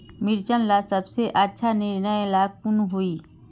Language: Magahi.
मिर्चन ला सबसे अच्छा निर्णय ला कुन होई?